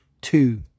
two